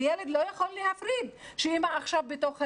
וילד לא יכול להפריד שאימא עכשיו בתוך הלמידה,